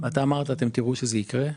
אתה אמרת: אתם תראו שזה יקרה,